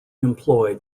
employed